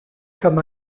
comme